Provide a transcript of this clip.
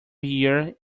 year